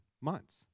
months